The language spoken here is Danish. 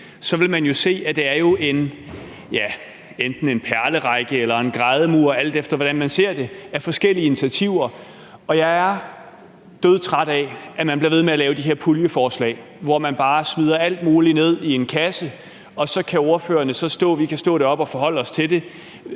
initiativer – eller en grædemur, alt efter hvordan man ser på det – og jeg er dødtræt af, at man bliver ved med at lave de her puljeforslag, hvor man bare smider alt muligt ned i en kasse, og så kan vi ordførere stå oppe på talerstolen og forholde os til det.